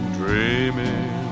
dreaming